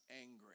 angry